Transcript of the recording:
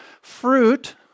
Fruit